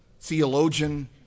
theologian